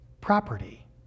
property